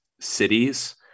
cities